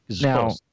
Now